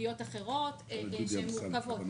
ולא בהכרח סוגיות אחרות שהן מורכבות.